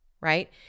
right